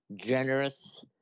generous